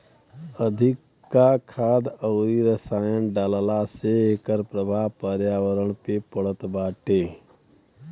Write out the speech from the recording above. अधिका खाद अउरी रसायन डालला से एकर प्रभाव पर्यावरण पे पड़त बाटे